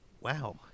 wow